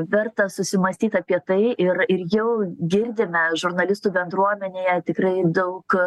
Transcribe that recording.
verta susimąstyt apie tai ir ir jau girdime žurnalistų bendruomenėje tikrai daug